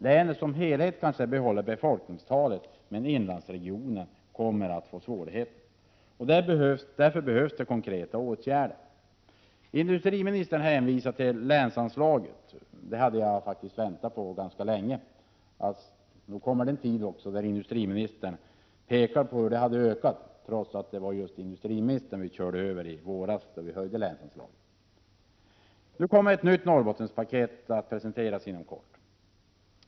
Länet som helhet kanske behåller befolkningstalet, men inlandsregionen kommer att få svårigheter. Därför behövs det konkreta åtgärder. Industriministern hänvisade till länsanslaget. Det hade jag faktiskt väntat ganska länge på. Nog kommer den tid då industriministern pekar på hur länsanslaget har ökat, trots att det var industriministern vi körde över i våras när vi höjde anslaget. Inom kort kommer ett nytt Norrbottenspaket att presenteras.